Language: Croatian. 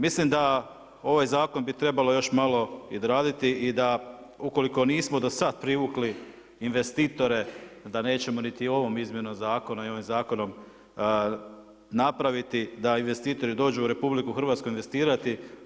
Mislim da ovaj zakon bi trebalo još malo i doraditi i da ukoliko nismo do sad privukli investitore da nećemo ni ovom izmjenom zakona i ovim zakonom napraviti da investitori dođu u RH investirati.